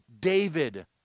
David